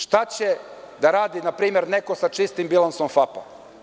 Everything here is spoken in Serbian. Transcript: Šta će da radi npr. neko sa čistim bilansom FAP-a?